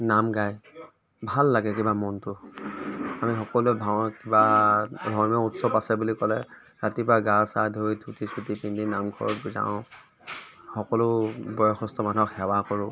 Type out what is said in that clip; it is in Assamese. নাম গায় ভাল লাগে কিবা মনটো আমি সকলোৱে ভাও বা ধৰ্মীয় উৎসৱ আছে বুলি ক'লে ৰাতিপুৱা গা চা ধুই ধুতি চুতি পিন্ধি নামঘৰত যাওঁ সকলো বয়সস্থ মানুহক সেৱা কৰোঁ